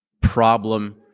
problem